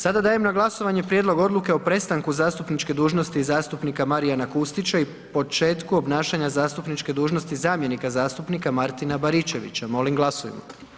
Sada dajem na glasovanje Prijedlog odluku o prestanku zastupničke dužnosti zastupnika Marijana Kustića i početku obnašanja zastupničke dužnosti zamjenika zastupnika Martina Baričevića, molim glasujmo.